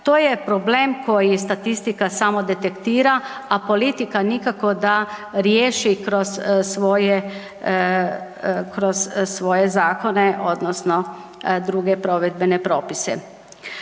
To je problem koji statistika samo detektira, a politika nikako da riješi kroz svoje, kroz svoje zakone odnosno druge provedbene propise.